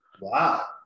Wow